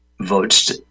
votes